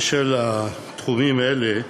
בשל תחומים אלה,